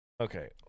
Okay